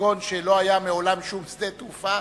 בכגון שלא היה מעולם שום שדה תעופה,